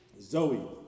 Zoe